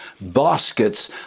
baskets